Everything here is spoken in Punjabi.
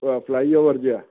ਫਲਾਈ ਓਵਰ ਜਿਹਾ